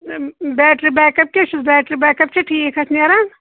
battery backup کیٚاہ چھُس battery backup چھَ ٹھیٖک اتھ نیران